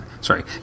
Sorry